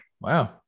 Wow